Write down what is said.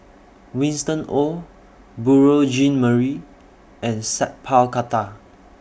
Winston Oh Beurel Jean Marie and Sat Pal Khattar